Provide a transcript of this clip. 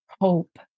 hope